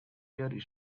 year